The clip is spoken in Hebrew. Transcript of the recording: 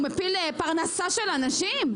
הוא מפיל פרנסה של אנשים?